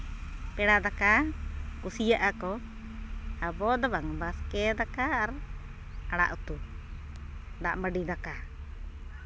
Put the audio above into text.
ᱯᱮᱲᱟ ᱫᱟᱠᱟ ᱠᱩᱥᱤᱭᱟᱜᱼᱟ ᱠᱚ ᱟᱵᱚᱫᱚ ᱵᱟᱝ ᱵᱟᱥᱠᱮ ᱫᱟᱠᱟ ᱟᱨ ᱟᱲᱟᱜ ᱩᱛᱩ ᱫᱟᱜ ᱢᱟᱹᱰᱤ ᱫᱟᱠᱟ